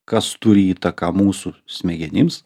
kas turi įtaką mūsų smegenims